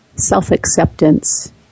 self-acceptance